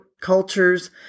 cultures